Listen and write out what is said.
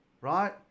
right